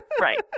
Right